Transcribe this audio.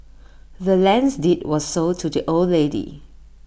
the land's deed was sold to the old lady